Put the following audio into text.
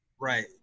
Right